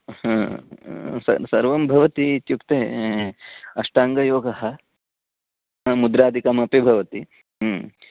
sir सर्वं भवति इत्युक्ते अष्टाङ्गयोगः मुद्रादिकमपि भवति